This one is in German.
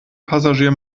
passagier